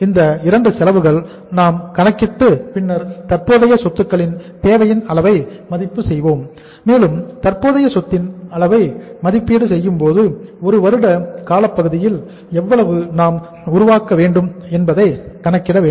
இந்த 2 செலவுகள் நாங்கள் கணக்கிட்டு பின்னர் தற்போதைய சொத்துக்களின் தேவையின் அளவை மதிப்பீடு செய்தோம் மேலும் தற்போதைய சொத்தின் அளவை மதிப்பீடு செய்யும்போது 1 வருட காலப்பகுதியில் எவ்வளவு நாம் உருவாக்க வேண்டும் என்பதை கணக்கிட வேண்டும்